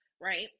right